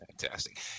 fantastic